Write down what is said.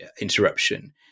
interruption